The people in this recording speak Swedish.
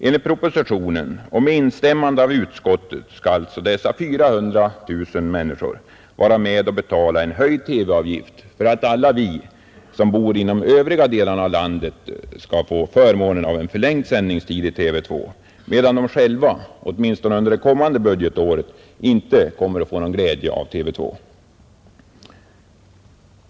Enligt propositionen och med instämmande av utskottet skall alltså dessa 400 000 människor vara med och betala en höjd TV-avgift, för att alla vi som bor inom de övriga delarna av landet skall få förmånen av förlängd sändningstid i TV 2, medan de själva åtminstone under det kommande budgetåret ej kommer att få någon glädje av TV 2.